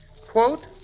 Quote